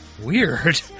Weird